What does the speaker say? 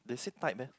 they say type eh